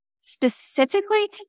specifically